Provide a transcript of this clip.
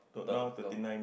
talk talk